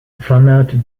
vanuit